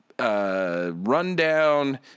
Rundown